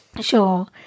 Sure